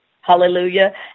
Hallelujah